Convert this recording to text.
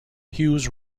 hughes